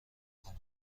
کنم